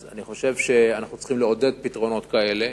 אני חושב שצריך לעודד פתרונות כאלה,